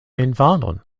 infanon